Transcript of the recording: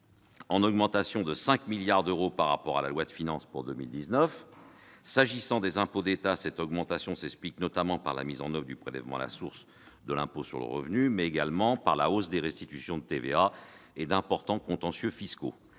en augmentation de 5 milliards d'euros par rapport à la loi de finances pour 2019. L'augmentation des impôts d'État s'explique notamment par la mise en oeuvre du prélèvement à la source de l'impôt sur le revenu, mais également par la hausse des restitutions de TVA et d'importants contentieux fiscaux.